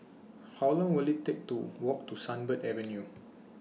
How Long Will IT Take to Walk to Sunbird Avenue